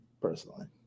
personally